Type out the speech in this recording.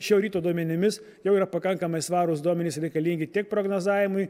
šio ryto duomenimis jau yra pakankamai svarūs duomenys reikalingi tiek prognozavimui